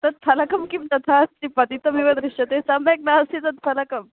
तत् फलकं किं तथा अस्ति पतितमेव दृश्यते सम्यक् नास्ति तत् फलकम्